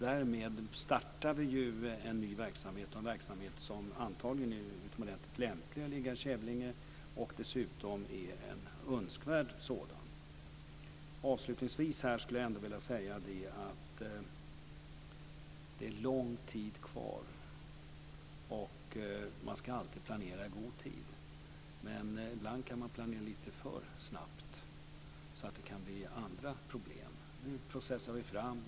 Därmed startar vi ju en ny verksamhet som antagligen är utomordentligt lämplig för att ligga i Kävlinge och dessutom är en önskvärd sådan. Avslutningsvis skulle jag ändå vilja säga att det är lång tid kvar. Man ska alltid planera i god tid, men ibland kan man planera lite för snabbt så att det kan bli andra problem. Nu processar vi framåt.